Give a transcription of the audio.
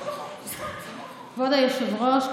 כבוד היושב-ראש,